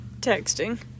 Texting